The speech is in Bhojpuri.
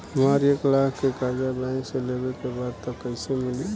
हमरा एक लाख के कर्जा बैंक से लेवे के बा त कईसे मिली?